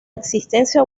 existencia